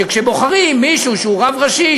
שכשבוחרים מישהו שהוא רב ראשי,